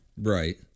Right